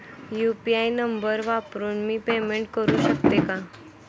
UPI number वापरून मी payment करू शकते का?